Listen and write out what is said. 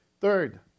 Third